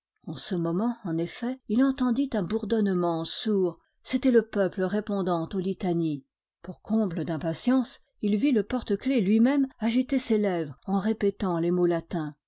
en ce moment en effet il entendit un bourdonnement sourd c'était le peuple répondant aux litanies pour comble d'impatience il vit le porte-clefs lui-même agiter ses lèvres en répétant les mots